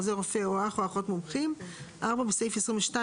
עוזר רופא או אח או אחות מומחים"; (4)בסעיף 22,